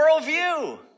worldview